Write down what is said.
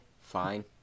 fine